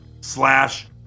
slash